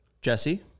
Jesse